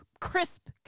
crisp